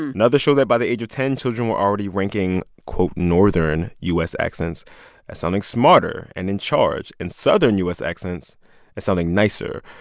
and another shows that, by the age of ten, children were already ranking, quote, northern u s. accents as sounding smarter and in charge and southern u s. accents as sounding nicer.